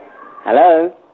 Hello